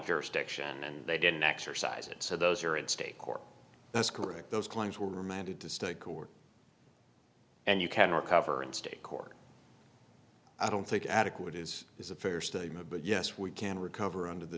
jurisdiction and they didn't exercise it so those are in state court that's correct those claims were remanded to state court and you can recover in state court i don't think adequate is is a fair statement but yes we can recover under the